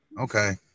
Okay